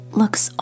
looks